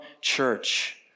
church